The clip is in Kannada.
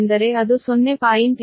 8 ಜೆ 0